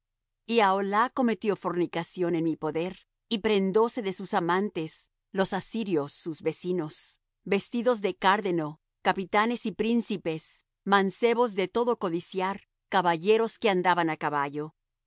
y aholah cometió fornicación en mi poder y prendóse de sus amantes los asirios sus vecinos vestidos de cárdeno capitanes y príncipes mancebos todos de codiciar caballeros que andaban á caballo y